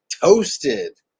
toasted